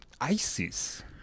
ISIS